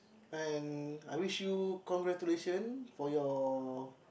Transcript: and I wish you congratulation for your